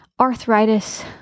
arthritis